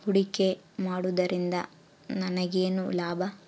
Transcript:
ಹೂಡಿಕೆ ಮಾಡುವುದರಿಂದ ನನಗೇನು ಲಾಭ?